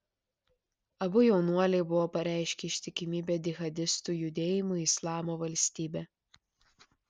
abu jaunuoliai buvo pareiškę ištikimybę džihadistų judėjimui islamo valstybė